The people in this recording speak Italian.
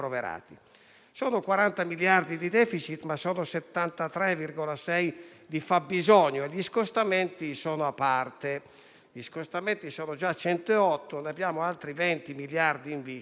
Sono 40 miliardi di *deficit*, ma sono 73,6 di fabbisogno; gli scostamenti sono a parte. Gli scostamenti sono già 108 e abbiamo altri 20 miliardi in vista.